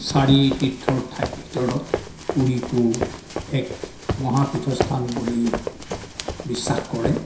চাৰি তীৰ্থৰ ঠাইৰ ভিতৰত পুৰীকো এক মহাতীৰ্থস্থান বুলি বিশ্বাস কৰে